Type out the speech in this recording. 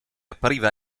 appariva